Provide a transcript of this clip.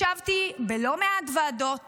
ישבתי בלא מעט ועדות